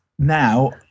Now